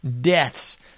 deaths